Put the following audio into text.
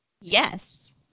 Yes